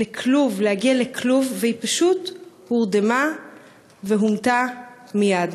להגיע לכלוב, והיא פשוט הורדמה והומתה מייד,